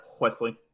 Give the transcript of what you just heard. Wesley